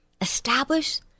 establish